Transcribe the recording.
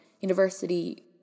university